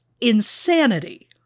insanity